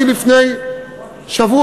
אני לפני שבוע,